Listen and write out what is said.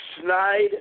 snide